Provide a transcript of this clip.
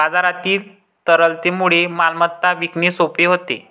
बाजारातील तरलतेमुळे मालमत्ता विकणे सोपे होते